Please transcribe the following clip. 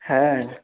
হ্যাঁ